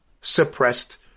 suppressed